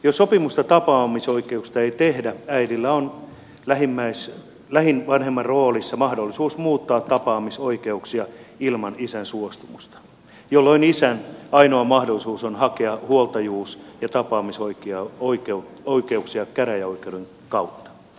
jos sopimusta tapaamisoikeuksista ei tehdä äidillä on lähivanhemman roolissa mahdollisuus muuttaa tapaamisoikeuksia ilman isän suostumusta jolloin isän ainoa mahdollisuus on hakea huoltajuus ja tapaamisoikeuksia käräjäoikeuden kautta